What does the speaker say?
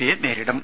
സിയെ നേരിടും